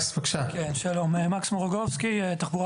אנחנו מייצרים סיטואציה שבה אנחנו בסופו של דבר